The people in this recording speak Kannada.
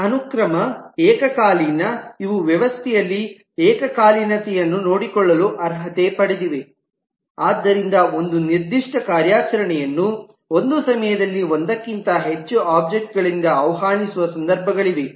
ಈ ಅನುಕ್ರಮ ಏಕಕಾಲೀನ ಇವು ವ್ಯವಸ್ಥೆಯಲ್ಲಿ ಏಕಕಾಲೀನತೆಯನ್ನು ನೋಡಿಕೊಳ್ಳಲು ಅರ್ಹತೆ ಪಡೆದಿವೆ ಆದ್ದರಿಂದ ಒಂದು ನಿರ್ದಿಷ್ಟ ಕಾರ್ಯಾಚರಣೆಯನ್ನು ಒಂದು ಸಮಯದಲ್ಲಿ ಒಂದಕ್ಕಿಂತ ಹೆಚ್ಚು ಒಬ್ಜೆಕ್ಟ್ ಗಳಿಂದ ಆಹ್ವಾನಿಸುವ ಸಂದರ್ಭಗಳಿವೆ